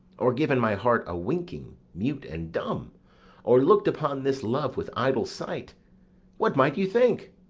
or given my heart a winking, mute and dumb or look'd upon this love with idle sight what might you think?